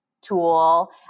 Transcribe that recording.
tool